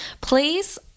Please